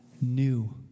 new